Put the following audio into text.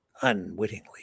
Unwittingly